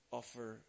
offer